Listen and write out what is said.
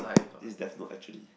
this is death note actually